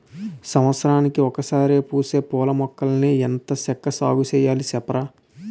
సంవత్సరానికి ఒకసారే పూసే పూలమొక్కల్ని ఎంత చక్కా సాగుచెయ్యాలి సెప్పరా?